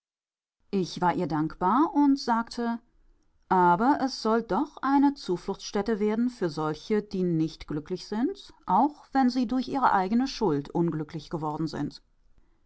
ich war ihr dankbar und sagte aber es soll doch eine zufluchtstätte werden für solche die nicht glücklich sind auch wenn sie durch eigene schuld unglücklich geworden sind